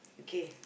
okay